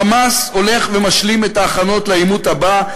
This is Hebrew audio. "חמאס" הולך ומשלים את ההכנות לעימות הבא,